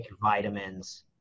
vitamins